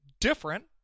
different